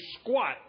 squat